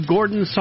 Gordon